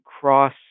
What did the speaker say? cross